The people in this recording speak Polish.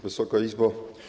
Wysoka Izbo!